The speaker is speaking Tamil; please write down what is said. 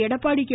எடப்பாடி கே